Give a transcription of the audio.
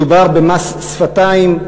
מדובר במס שפתיים.